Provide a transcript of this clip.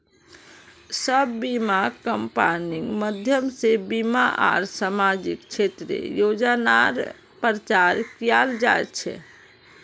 सब बीमा कम्पनिर माध्यम से बीमा आर सामाजिक क्षेत्रेर योजनार प्रचार कियाल जा छे